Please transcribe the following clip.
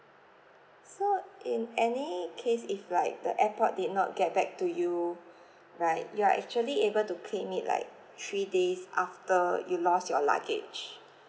so in any case if like the airport did not get back to you right you are actually able to claim it like three days after you lost your luggage